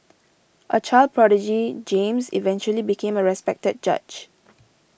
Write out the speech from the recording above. a child prodigy James eventually became a respected judge